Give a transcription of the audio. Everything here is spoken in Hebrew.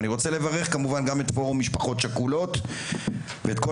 ואני רוצה לברך כמובן גם את פורום משפחות שכולות ואת כל